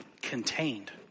contained